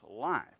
life